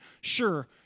Sure